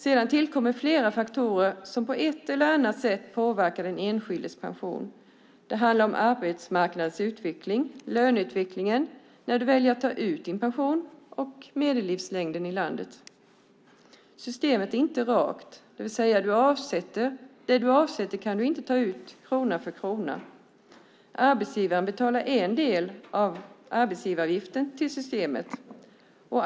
Sedan tillkommer flera faktorer som på ett eller annat sätt påverkar den enskildes pension. Det handlar om arbetsmarknadens utveckling, löneutvecklingen, när du väljer att ta ut din pension och medellivslängden i landet. Systemet är inte rakt, det vill säga att det du avsätter kan du inte ta ut krona för krona. Arbetsgivaren betalar en del av arbetsgivaravgiften till systemet.